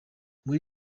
muri